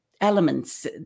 elements